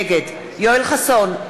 נגד יואל חסון,